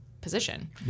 position